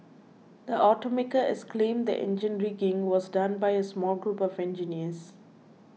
the automaker has claimed the engine rigging was done by a small group of engineers